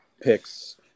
picks